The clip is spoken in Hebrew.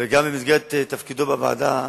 וגם במסגרת תפקידו בוועדה